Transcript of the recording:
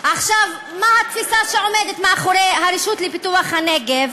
מה התפיסה שעומדת מאחורי הרשות לפיתוח הנגב?